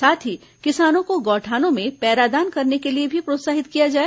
साथ ही किसानों को गौठानों में पैरा दान करने के लिए भी प्रोत्साहित किया जाए